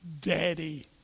Daddy